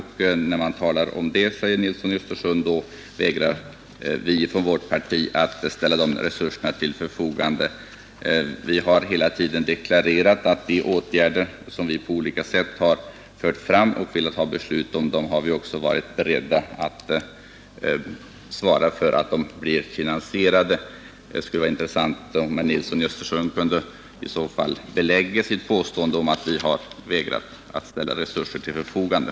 Han säger att vårt parti vägrar att ställa dessa till förfogande. Vi har hela tiden deklarerat att vi varit beredda att svara för finansieringen av de åtgärder som vi på olika sätt fört fram för att få ett beslut om. Det skulle vara intressant att höra om herr Nilsson i så fall kan ge belägg för sitt påstående att vi vägrat ställa resurser till förfogande.